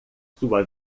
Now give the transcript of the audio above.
sua